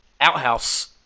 outhouse